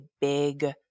big